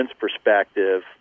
perspective